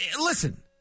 listen